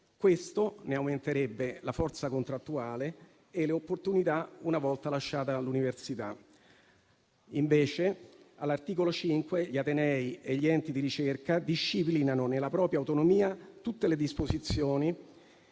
Questo ne aumenterebbe la forza contrattuale e le opportunità una volta lasciata l'università. Invece, all'articolo 5, gli atenei e gli enti di ricerca disciplinano nella propria autonomia e tutte le disposizioni